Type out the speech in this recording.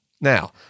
Now